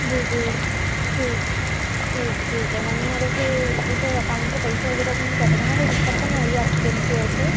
जी जी ठीक ठीक ठीक है मैम मेरे फिर जैसे अकाउंट से पैसे वग़ैरह तो नहीं कटेंगे ना कोई दिक़्क़त तो नहीं आएगी आपकी बेंक की ओर से